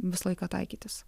visą laiką taikytis